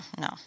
no